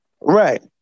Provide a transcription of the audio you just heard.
Right